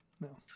No